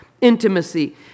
intimacy